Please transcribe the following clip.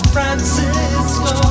Francisco